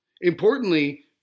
importantly